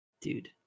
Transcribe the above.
dude